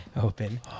open